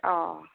अ